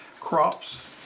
crops